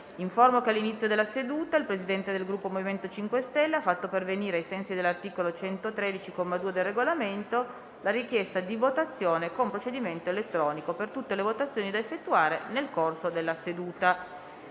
che all'inizio della seduta il Presidente del Gruppo MoVimento 5 Stelle ha fatto pervenire, ai sensi dell'articolo 113, comma 2, del Regolamento, la richiesta di votazione con procedimento elettronico per tutte le votazioni da effettuare nel corso della seduta.